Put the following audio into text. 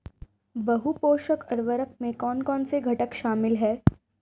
बहु पोषक उर्वरक में कौन कौन से घटक शामिल हैं?